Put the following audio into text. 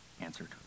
answered